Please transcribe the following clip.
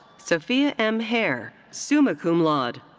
sophia m. haire, summa cum laude.